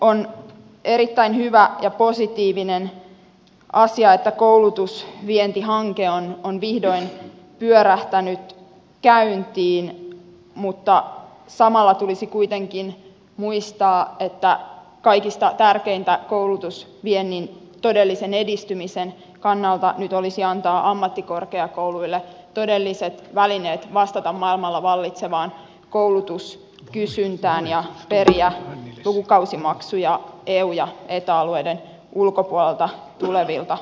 on erittäin hyvä ja positiivinen asia että koulutusvientihanke on vihdoin pyörähtänyt käyntiin mutta samalla tulisi kuitenkin muistaa että kaikista tärkeintä koulutusviennin todellisen edistymisen kannalta olisi nyt antaa ammattikorkeakouluille todelliset välineet vastata maailmalla vallitsevaan koulutuskysyntään ja periä lukukausimaksuja eu ja eta alueiden ulkopuolelta tulevilta opiskelijoilta